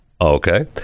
okay